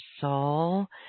soul